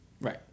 Right